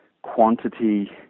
quantity